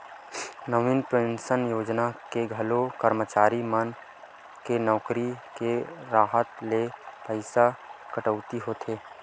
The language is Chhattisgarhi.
नवीन पेंसन योजना म घलो करमचारी मन के नउकरी के राहत ले पइसा कटउती होथे